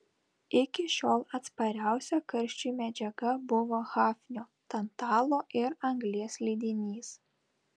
iki šiol atspariausia karščiui medžiaga buvo hafnio tantalo ir anglies lydinys